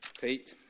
Pete